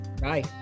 Bye